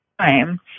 time